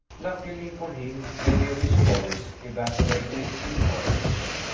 luckily for him, many of his follies evaporated in words.